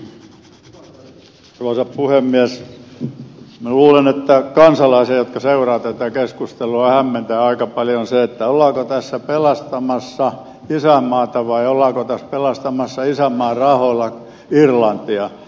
minä luulen että kansalaisia jotka seuraavat tätä keskustelua hämmentää aika paljon se ollaanko tässä pelastamassa isänmaata vai ollaanko tässä pelastamassa isänmaan rahoilla irlantia